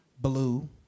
blue